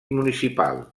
municipal